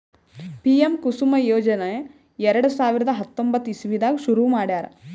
PM Kusum ಯೋಜನೆ ಎರಡ ಸಾವಿರದ್ ಹತ್ತೊಂಬತ್ತ್ ಇಸವಿದಾಗ್ ಶುರು ಮಾಡ್ಯಾರ್